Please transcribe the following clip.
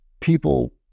people